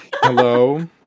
Hello